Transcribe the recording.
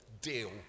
deal